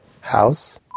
House